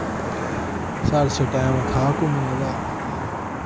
साढ़े श टैम था घूमने दा